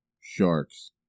sharks